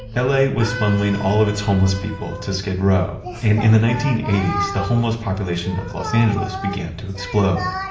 ah la was funneling all of its homeless people to skid row and in the nineteen eighty s the homeless population of los angeles began to explode.